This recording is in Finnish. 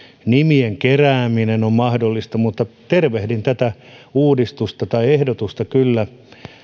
nimien kerääminen on mahdollista mutta tervehdin tätä ehdotusta kyllä